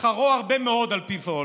שכרו הרבה מאוד על פי פועלו".